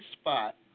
spot